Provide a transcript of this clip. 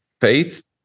faith